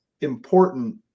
important